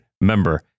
Member